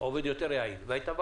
זו ועדה יותר יעילה.